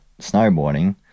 snowboarding